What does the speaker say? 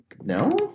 No